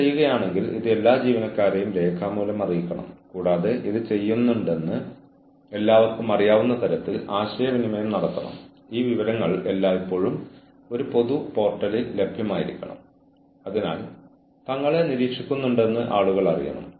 കൂടാതെ ആ സമയം ജീവനക്കാരൻ താൻ എന്താണെന്ന് പറയുന്നു ഈ പ്രത്യേക സോഫ്റ്റ്വെയർ പാക്കേജ് ഉപയോഗിക്കാനോ എങ്ങനെ ചെയ്യണമെന്നോ തനിക്ക് പരിശീലനം ലഭിച്ചിട്ടുണ്ടെന്ന് കരുതുന്നില്ല എന്ന് പറയുന്നു